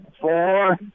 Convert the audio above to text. four